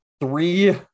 three